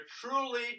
truly